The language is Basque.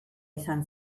izan